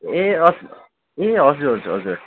ए ए हजुर हजुर हजुर